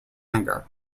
anger